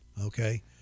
Okay